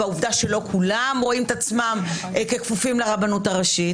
בעובדה שלא כולם רואים את עצמם כפופים לרבנות הראשית,